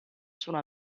sono